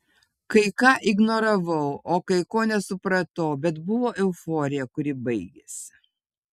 kai ką ignoravau o kai ko nesupratau bet buvo euforija kuri baigėsi